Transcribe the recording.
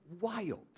wild